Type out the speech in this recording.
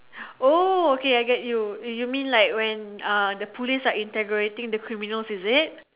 oh okay I get you you mean like when uh the police are interrogating the criminals is it